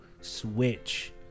Switch